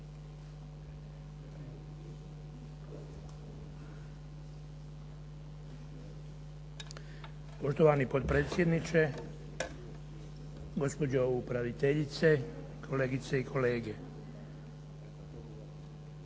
Poštovani potpredsjedniče, gospođo upraviteljice, kolegice i kolege.